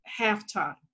Halftime